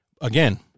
again